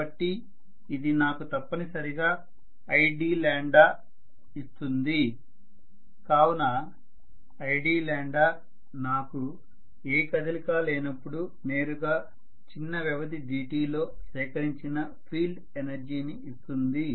కాబట్టి ఇది నాకు తప్పనిసరిగా id ఇస్తుంది కావున idనాకు ఏ కదలిక లేనప్పుడు నేరుగా చిన్న వ్యవధి dt లో సేకరించిన ఫీల్డ్ ఎనర్జీని ఇస్తుంది